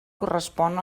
correspon